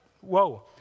whoa